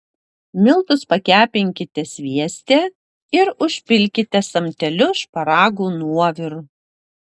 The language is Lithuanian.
miltus pakepinkite svieste ir užpilkite samteliu šparagų nuoviru